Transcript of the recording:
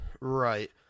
Right